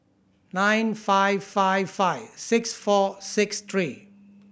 nine five five five six four six three